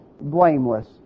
blameless